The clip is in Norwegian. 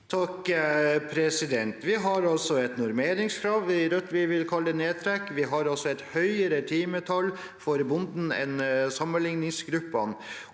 (R) Vi har også et norme- ringskrav, vi i Rødt vil kalle det nedtrekk. Vi har altså et høyere timetall for bonden enn sammenligningsgruppene.